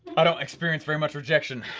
i don't experience very much rejection.